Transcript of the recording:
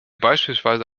beispielsweise